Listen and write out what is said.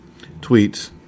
tweets